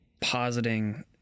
positing